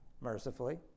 mercifully